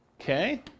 Okay